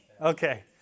Okay